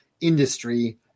industry